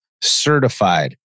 certified